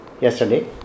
yesterday